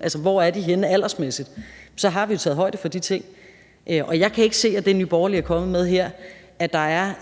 altså hvor de er henne aldersmæssigt, har vi jo taget højde for de ting. Og jeg kan ikke se af det, Nye Borgerlige er kommet med her, at der er